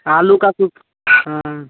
आलू का